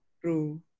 True